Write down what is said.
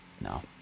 no